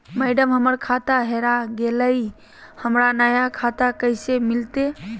madam, हमर खाता हेरा गेलई, हमरा नया खाता कैसे मिलते